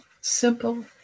simple